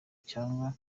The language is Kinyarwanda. cyangwa